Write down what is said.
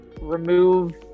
remove